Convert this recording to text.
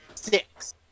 Six